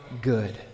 good